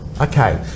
Okay